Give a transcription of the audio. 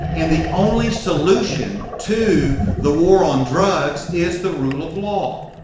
and the only solution to the war on drugs, is the rule of law.